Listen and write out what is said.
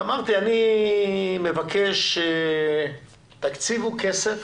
ואמרתי, אני מבקש, תקציבו כסף